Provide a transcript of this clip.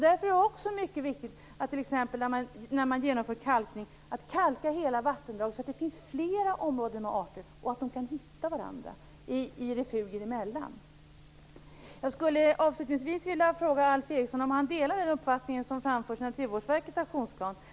Därför är det också mycket viktigt, när man t.ex. genomför kalkning, att kalka hela vattendrag så att det finns flera områden med arter och så att de kan hitta varandra i refugen emellan. Jag skulle avslutningsvis vilja fråga Alf Eriksson om han delar den uppfattning som framförs i Naturvårdsverkets aktionsplan.